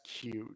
cute